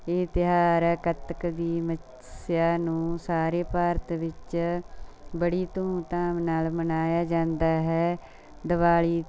ਇਹ ਤਿਉਹਾਰ ਹੈ ਕੱਤਕ ਦੀ ਮੱਸਿਆ ਨੂੰ ਸਾਰੇ ਭਾਰਤ ਵਿੱਚ ਬੜੀ ਧੂਮਧਾਮ ਨਾਲ ਮਨਾਇਆ ਜਾਂਦਾ ਹੈ ਦੀਵਾਲੀ